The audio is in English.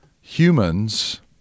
Humans